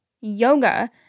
yoga